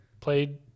played